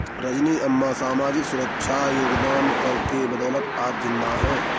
रजनी अम्मा सामाजिक सुरक्षा योगदान कर के बदौलत आज जिंदा है